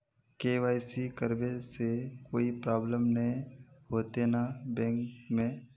KYC करबे से कोई प्रॉब्लम नय होते न बैंक में?